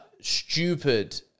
stupid